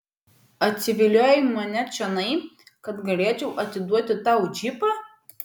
atsiviliojai mane čionai kad galėčiau atiduoti tau džipą